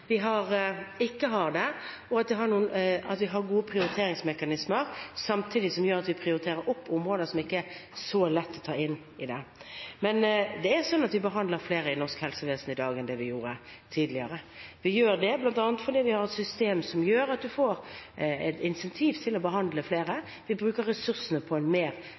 vi ikke har det, samtidig har gode prioriteringsmekanismer som gjør at vi prioriterer opp områder som ikke er så lette å ta inn i det. Vi behandler flere i norsk helsevesen i dag enn vi gjorde tidligere. Vi gjør det bl.a. fordi vi har et system som gjør at vi får incentiver til å behandle flere. Vi bruker ressursene på en mer